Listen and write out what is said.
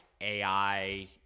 AI